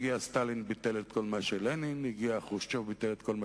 הגיע סטלין, ביטל את כל מה